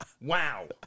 Wow